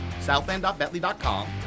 southland.betley.com